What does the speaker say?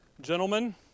Gentlemen